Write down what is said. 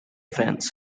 fence